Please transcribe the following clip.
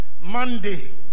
Monday